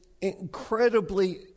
incredibly